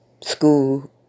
School